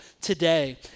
today